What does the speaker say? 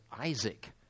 Isaac